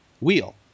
wheel